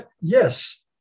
yes